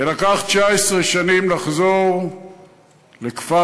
לקח 19 שנים לחזור לכפר-עציון,